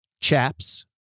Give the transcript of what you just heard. chaps